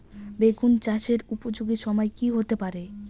বেগুন চাষের উপযোগী সময় কি হতে পারে?